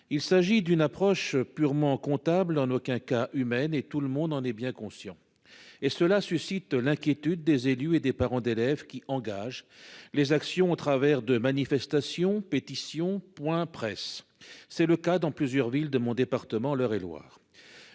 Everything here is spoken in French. Il s'agit d'une approche purement comptable en aucun cas humain et tout le monde en est bien conscient. Et cela suscite l'inquiétude des élus et des parents d'élèves qui engage les actions au travers de manifestations, pétitions, point presse. C'est le cas dans plusieurs villes de mon département, l'Eure-et-Loir.